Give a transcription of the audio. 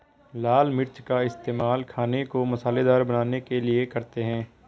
लाल मिर्च का इस्तेमाल खाने को मसालेदार बनाने के लिए करते हैं